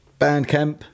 Bandcamp